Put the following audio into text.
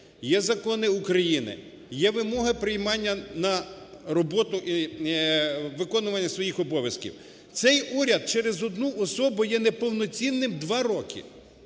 є закони України, є вимоги приймання на роботу і виконування своїх обов'язків. Цей уряд через одну особу є неповноцінним два роки.